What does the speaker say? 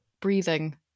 breathing